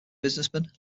businessman